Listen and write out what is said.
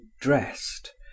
dressed